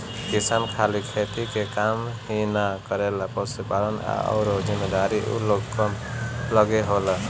किसान खाली खेती के काम ही ना करेलें, पशुपालन आ अउरो जिम्मेदारी ऊ लोग कअ लगे होला